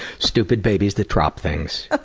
stupid babies that drop things. ah